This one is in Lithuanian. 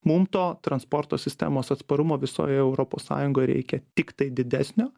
mum to transporto sistemos atsparumo visoje europos sąjungoje reikia tiktai didesnio